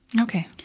Okay